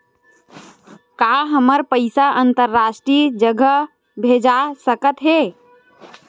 का हमर पईसा अंतरराष्ट्रीय जगह भेजा सकत हे?